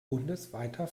bundesweiter